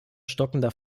stockender